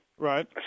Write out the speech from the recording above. Right